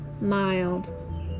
mild